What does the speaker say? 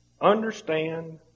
Understand